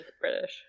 british